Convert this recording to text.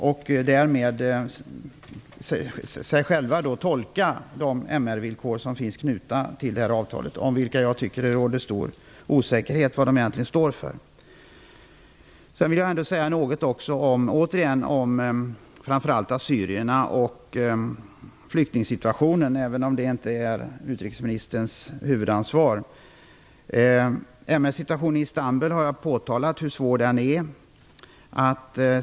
Då kunde de i samråd tolka de MR-villkor som finns knutna till avtalet. Jag tycker att det råder stor osäkerhet om vad de egentligen står för. Jag vill också säga något om framför allt assyrierna och flyktingsituationen, även om det inte är utrikesministerns huvudansvar. Jag har påtalat hur svår MR-situationen är i Istanbul.